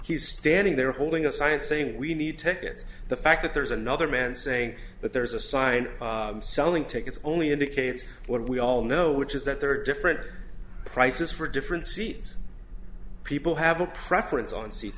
he's standing there holding a sign saying we need to take it the fact that there's another man saying that there's a sign selling tickets only indicates what we all know which is that there are different prices for different seats people have a preference on seats